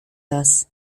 das